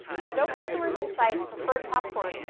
with no customers in sight, preferred popcorn,